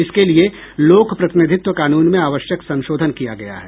इसके लिए लोक प्रतिनिधित्व कानून में आवश्यक संशोधन किया गया है